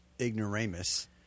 ignoramus